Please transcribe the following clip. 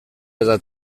eta